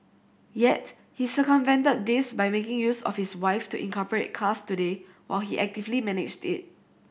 yet he circumvented this by making use of his wife to incorporate Cars Today while he actively managed it